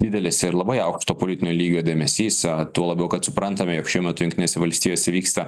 didelis ir labai aukšto politinio lygio dėmesys tuo labiau kad suprantame jog šiuo metu jungtinėse valstijose vyksta